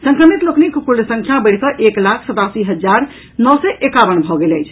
संक्रमित लोकनिक कुल संख्या बढ़िकऽ एक लाख सत्तासी हजार नओ सय एकावन भऽ गेल अछि